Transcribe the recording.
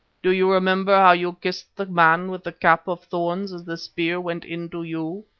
do you remember how you kissed the man with the cap of thorns as the spear went into you?